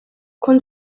kont